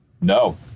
No